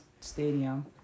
stadium